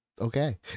Okay